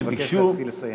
שהם ביקשו,